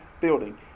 building